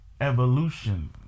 Evolution